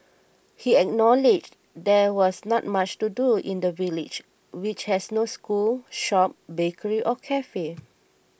he acknowledged there was not much to do in the village which has no school shop bakery or cafe